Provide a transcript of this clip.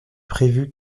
prévu